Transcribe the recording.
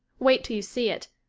wait till you see it.